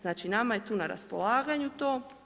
Znači, nama je tu na raspolaganju to.